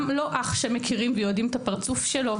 גם לא אח שמכירים ויודעים את הפרצוף שלו,